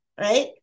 right